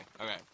okay